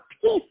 peace